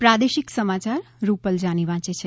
પ્રાદેશિક સમાચાર રૂપલ જાની વાંચે છે